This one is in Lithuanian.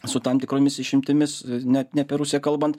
su tam tikromis išimtimis net ne apie rusiją kalbant